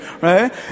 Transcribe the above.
Right